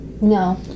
No